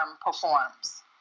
performs